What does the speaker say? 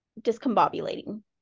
discombobulating